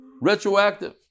Retroactive